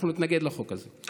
אנחנו נתנגד לחוק הזה.